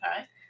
okay